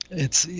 it's yeah,